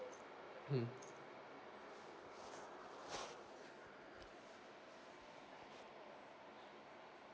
mm